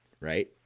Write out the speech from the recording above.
Right